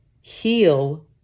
heal